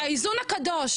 האיזון הקדוש,